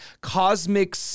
cosmic